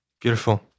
Beautiful